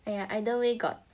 !aiya! either way got